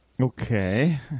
Okay